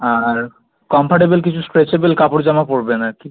আর comfortable কিছু stretchable কাপড়জামা পরবেন আর কি